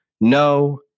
no